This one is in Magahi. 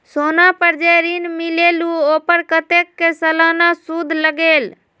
सोना पर जे ऋन मिलेलु ओपर कतेक के सालाना सुद लगेल?